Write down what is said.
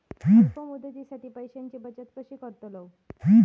अल्प मुदतीसाठी पैशांची बचत कशी करतलव?